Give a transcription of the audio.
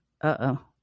uh-oh